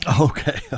Okay